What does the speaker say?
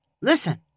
listen